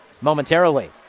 momentarily